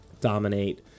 Dominate